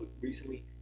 recently